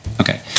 okay